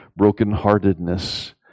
brokenheartedness